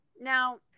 Now